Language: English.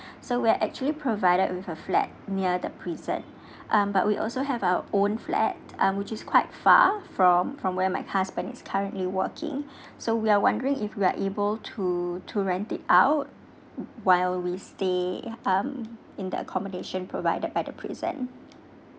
so we are actually provided with a flat near the prison um but we also have our own flat um which is quite far from from where my husbands is currently working so we are wondering if we are able to to rent it out while we stay um in the accommodation provided by the prison